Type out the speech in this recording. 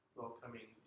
welcoming